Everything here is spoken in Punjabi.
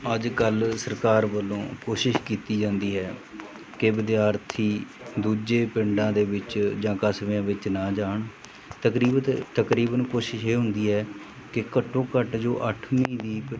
ਅੱਜ ਕੱਲ੍ਹ ਸਰਕਾਰ ਵੱਲੋਂ ਕੋਸ਼ਿਸ਼ ਕੀਤੀ ਜਾਂਦੀ ਹੈ ਕਿ ਵਿਦਿਆਰਥੀ ਦੂਜੇ ਪਿੰਡਾਂ ਦੇ ਵਿੱਚ ਜਾਂ ਕਸਬਿਆਂ ਵਿੱਚ ਨਾ ਜਾਣ ਤਕਰੀਬਤ ਤਕਰੀਬਨ ਕੋਸ਼ਿਸ ਇਹ ਹੁੰਦੀ ਹੈ ਕਿ ਘੱਟੋ ਘੱਟ ਜੋ ਅੱਠਵੀਂ ਦੀ